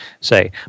say